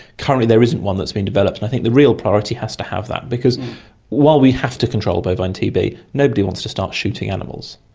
currently there isn't one that has been developed, i think the real priority has to have that, because while we have to control bovine tb, nobody wants to start shooting animals.